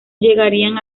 llegarían